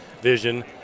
vision